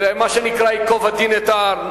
מה שנקרא, ייקוב הדין את ההר.